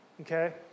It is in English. Okay